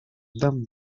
them